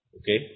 okay